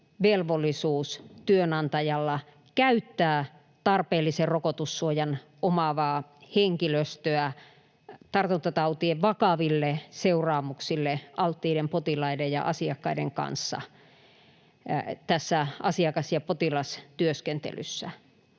velvollisuus käyttää tarpeellisen rokotussuojan omaavaa henkilöstöä tartuntatautien vakaville seuraamuksille alttiiden potilaiden ja asiakkaiden kanssa asiakas- ja potilastyöskentelyssä.